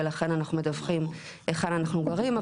ולכן אנחנו מדווחים היכן אנחנו גרים,